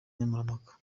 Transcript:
nkemurampaka